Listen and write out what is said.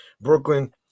Brooklyn